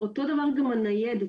דבר גם הניידת,